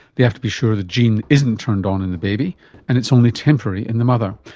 they have to be sure the gene isn't turned on in the baby and it's only temporary in the mother.